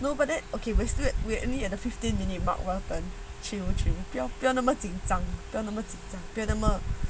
no but then okay wait wait only have err fifteen minute 不要那么紧张不要那么紧张不要那么